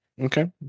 okay